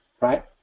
right